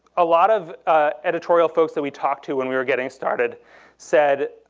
a lot of editorial folks that we talked to when we were getting started said,